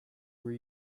were